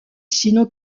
sino